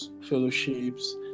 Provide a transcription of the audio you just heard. fellowships